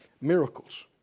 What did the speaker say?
Miracles